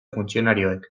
funtzionarioek